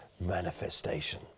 manifestation